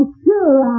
sure